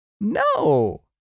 No